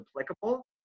applicable